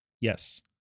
Yes